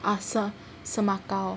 ah 是 Se~ Semakau